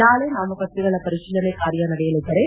ನಾಳೆ ನಾಮಪತ್ರಗಳ ಪರಿಶೀಲನೆ ಕಾರ್ಯ ನಡೆಯಲಿದ್ದರೆ